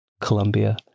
Colombia